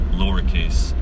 lowercase